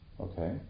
Okay